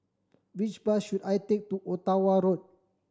which bus should I take to Ottawa Road